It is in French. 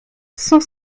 cent